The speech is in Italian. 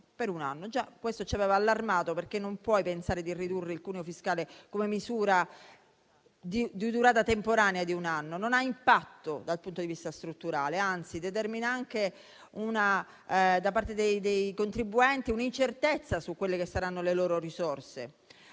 per un anno. Già questo ci aveva allarmato, perché non si può pensare di ridurre il cuneo fiscale con una misura che ha una durata temporanea di un anno, perché non ha impatto dal punto di vista strutturale, anzi determina anche da parte dei contribuenti un'incertezza su quelle che saranno le loro risorse.